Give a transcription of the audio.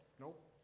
nope